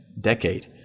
decade